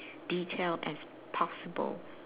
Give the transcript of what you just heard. detail as possible